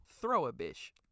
Throw-A-Bish